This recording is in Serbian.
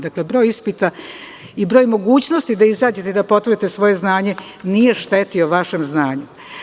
Dakle, broj ispita i broj mogućnosti da izađete i da potvrdite svoje znanje nije štetio vašem znanju.